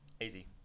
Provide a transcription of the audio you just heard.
Easy